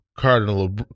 Cardinal